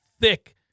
thick